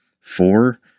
Four